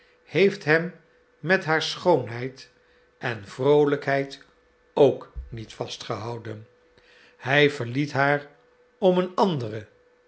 heeft hem met haar schoonheid en vroolijkheid ook niet vastgehouden hij verliet haar om een andere